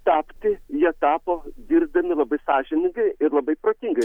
tapti jie tapo dirbdami labai sąžiningai ir labai protingai